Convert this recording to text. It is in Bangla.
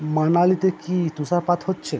মানালিতে কি তুষারপাত হচ্ছে